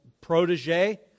protege